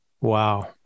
Wow